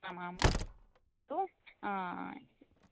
आम् आम् अस्तु